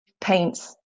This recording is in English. paints